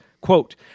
Quote